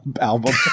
album